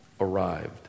arrived